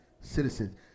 citizens